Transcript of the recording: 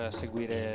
seguire